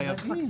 13:00.